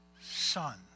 Son